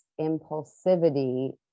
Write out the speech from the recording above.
impulsivity